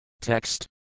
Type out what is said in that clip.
Text